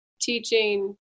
teaching